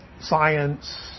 science